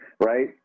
right